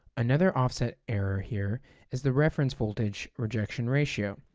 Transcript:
another offset error here is the reference voltage rejection ratio,